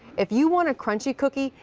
if you want a crunchy cookie,